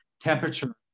temperature